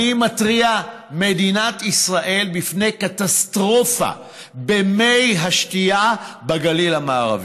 אני מתריע: מדינת ישראל בפני קטסטרופה במי השתייה בגליל המערבי.